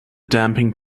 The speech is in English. damping